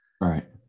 Right